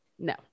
No